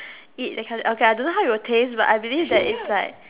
it okay okay I don't know how it will taste but I believe that it is like